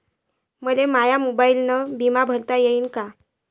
मले माया मोबाईलनं बिमा भरता येईन का?